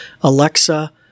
Alexa